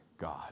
God